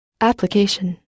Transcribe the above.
application